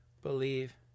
believe